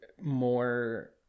more